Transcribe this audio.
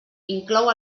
inclou